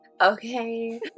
Okay